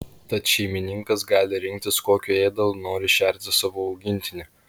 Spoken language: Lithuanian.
tad šeimininkas gali rinktis kokiu ėdalu nori šerti savo augintinį